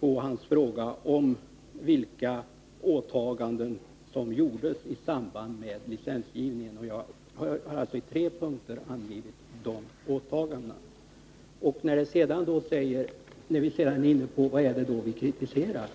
på hans fråga om vilka åtaganden som gjordes i samband med licensgivningen. I tre punkter har jag angivit dessa åtaganden. Sedan till frågan om vad vi kritiserar.